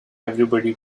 everybody